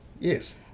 Yes